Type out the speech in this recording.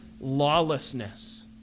lawlessness